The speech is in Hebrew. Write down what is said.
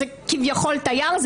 הוא כביכול תייר,